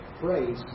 phrase